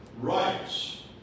rights